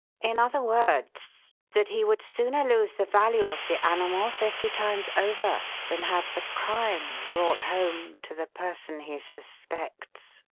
in other words, that he would sooner lose the value of the animal fifty times over than have the crime brought home to the person he suspects.